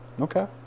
Okay